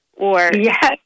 Yes